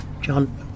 John